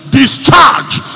discharged